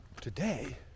Today